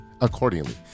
accordingly